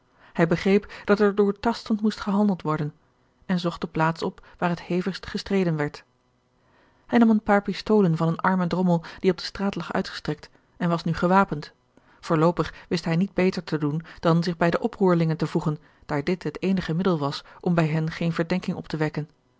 hij begreep dat er doortastend moest gehandeld worden en zocht de plaats op waar het hevigst gestreden werd hij nam een paar pistolen van een armen drommel die op de straat lag uitgestrekt en was nu gewapend voorloopig wist hij niet beter te doen dan zich bij de oproerlingen te voegen daar dit het eenige middel was om bij hen geene verdenking op te wekken